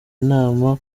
inama